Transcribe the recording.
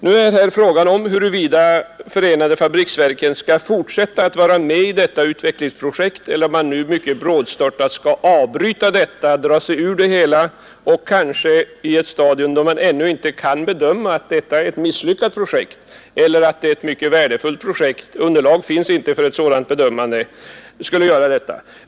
Nu är det här fråga om huruvida förenade fabriksverken kall fortsätta att vara med i detta utvecklingsprojekt eller om man mycket brådstörtat skall avbryta det, dra sig ur det hela, kanske i ett stadium då man ännu inte kan bedöma om detta är ett misslyckat projekt eller om det är mycket värdefullt. Underlag finns inte för ett sådant bedömande.